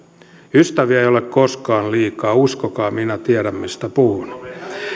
ystäviä ei ole koskaan liikaa uskokaa minä tiedän mistä puhun